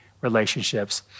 relationships